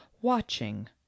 watching